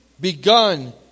begun